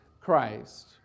Christ